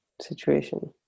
situation